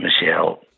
Michelle